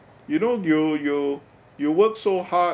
you know you you you work so hard